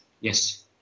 Yes